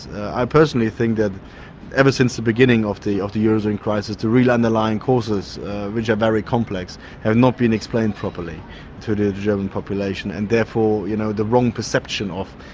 i personally think that ever since the beginning of the of the eurozone crisis, the real underlying causes which are very complex have not been explained properly to the german population, and therefore you know the wrong perception of,